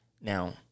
Now